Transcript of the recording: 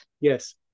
yes